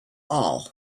all